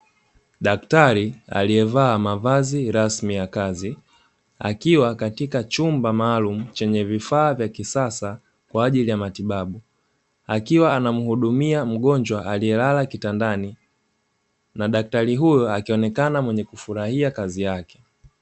Daktari aliyevaa mavazi rasmi ya kazi akiwa katika chumba maalumu chenye vifaa vya kisasa kwa ajili ya matibabu akiwa anamhudumia mgonjwa aliyelala kitandani na daktari huyo akionekana mwenye kufurahia kazi yake.